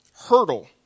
hurdle